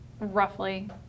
roughly